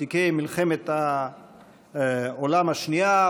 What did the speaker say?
ותיקי מלחמת העולם השנייה,